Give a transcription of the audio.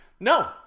No